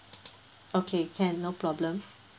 okay can no problem